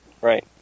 Right